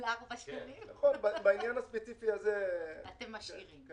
בעניין הספציפי הזה ---- אתם משאירים.